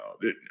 no